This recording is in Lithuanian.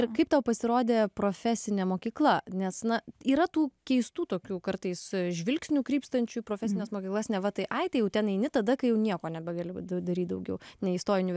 ir kaip tau pasirodė profesinė mokykla nes na yra tų keistų tokių kartais žvilgsnių krypstančių į profesines mokyklas neva tai ai ten jau ten eini tada kai jau nieko nebegali daryt daugiau neįstoji į univer